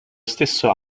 stesso